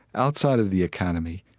outside of the economy,